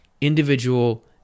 individual